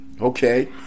Okay